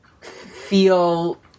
feel